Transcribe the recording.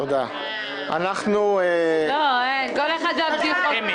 לכן בעצם קיומן של ועדות אין איזה חשש לניצול